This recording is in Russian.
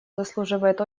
заслуживает